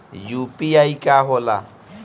UPI का होखेला?